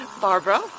Barbara